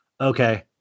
okay